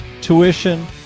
tuition